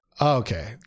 okay